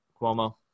Cuomo